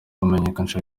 kumenyekanisha